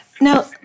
Now